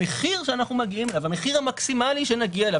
המחיר המקסימלי שנגיע אליו,